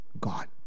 God